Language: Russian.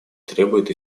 требует